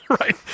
Right